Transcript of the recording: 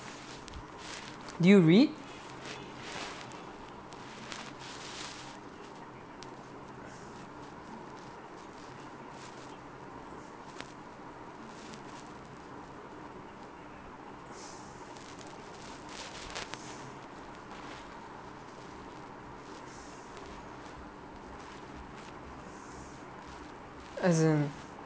do you read as in